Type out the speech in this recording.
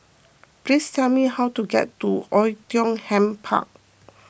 please tell me how to get to Oei Tiong Ham Park